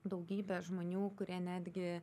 daugybė žmonių kurie netgi